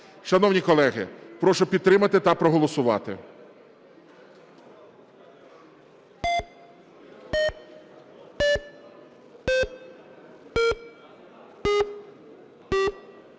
Шановні колеги, прошу підтримати та проголосувати.